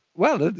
well,